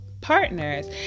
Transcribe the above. partners